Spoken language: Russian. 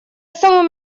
самым